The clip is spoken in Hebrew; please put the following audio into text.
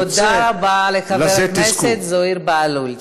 תודה רבה לחבר הכנסת זוהיר בהלול.